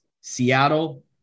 Seattle